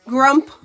Grump